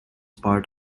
part